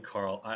Carl